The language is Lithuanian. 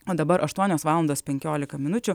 o dabar aštuonios valandos penkiolika minučių